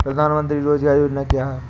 प्रधानमंत्री रोज़गार योजना क्या है?